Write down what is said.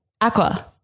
Aqua